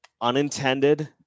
unintended